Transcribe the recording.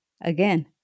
again